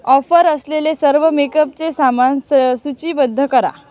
offer असलेले सर्व मेकपचे सामान स सूचीबद्ध करा